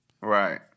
Right